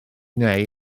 neu